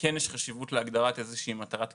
כן יש חשיבות להגדרת איזושהי מטרת קצה,